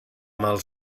mal